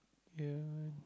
ya